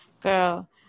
Girl